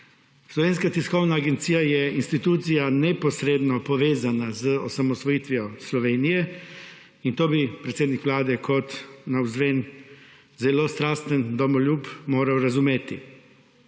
Slovenska tiskovna agencija je institucija, neposredno povezana z osamosvojitvijo Slovenije. In to bi predsednik vlade kot navzven zelo strasten domoljub moral razumeti.